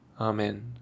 Amen